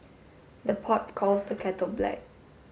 the pot calls the kettle black